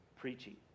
preaching